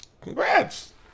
Congrats